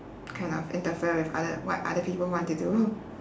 kind of interfere with other what other people want to do